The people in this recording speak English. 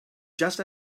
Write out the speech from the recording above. just